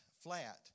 flat